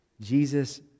Jesus